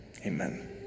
Amen